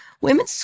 Women